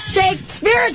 Shakespeare